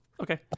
Okay